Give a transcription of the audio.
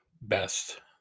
best